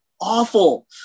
awful